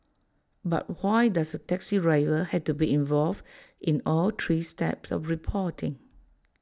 but why does the taxi driver have to be involved in all three steps of reporting